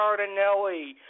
Cardinelli